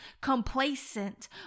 complacent